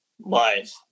life